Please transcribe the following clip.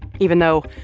even though,